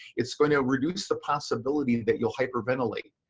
it's gonna reduce the possibility that you'll hyperventilate.